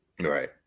Right